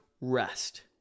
rest